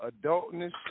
adultness